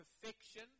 perfection